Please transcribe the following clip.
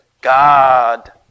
God